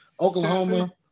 Oklahoma